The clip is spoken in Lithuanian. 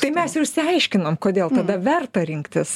tai mes jau išsiaiškinom kodėl tada verta rinktis